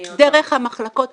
דרך המחלקות.